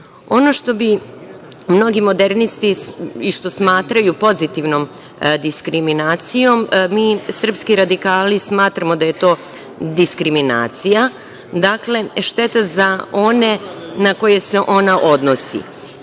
što bi mnogi modernisti i što smatraju pozitivnom diskriminacijom, mi srpski radikali smatramo da je to diskriminacija, dakle, šteta za one na koje se ona odnosi,